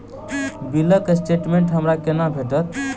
बिलक स्टेटमेंट हमरा केना भेटत?